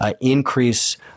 increase